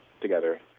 together